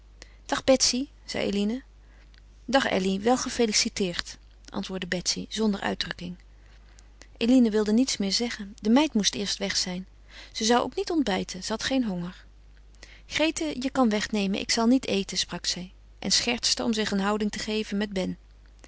dag betsy zei eline dag elly wel gefeliciteerd antwoordde betsy zonder uitdrukking eline wilde niets meer zeggen de meid moest eerst weg zijn ze zou ook niet ontbijten ze had geen honger grete je kan wegnemen ik zal niet eten sprak zij en schertste om zich een houding te geven met ben